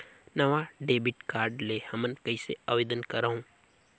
नवा debit card ले हमन कइसे आवेदन करंव?